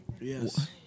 Yes